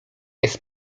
jest